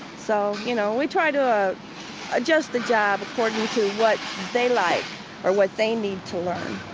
so, you know, we try to adjust the job according to what they like or what they need to learn